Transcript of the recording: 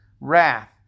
wrath